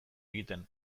egiten